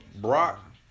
Brock